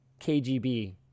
KGB